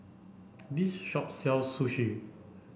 this shop sells Sushi